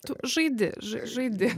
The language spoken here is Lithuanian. tu žaidi žaidi